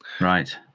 right